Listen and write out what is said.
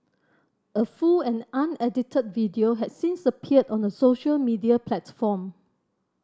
a full and unedited video had since appeared on a social media platform